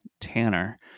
Tanner